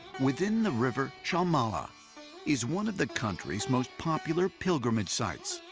within the river shalmala is one of the country's most popular pilgrimage sites,